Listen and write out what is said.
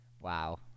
Wow